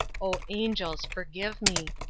oh, angels forgive me!